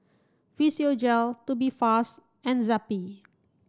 Physiogel Tubifast and Zappy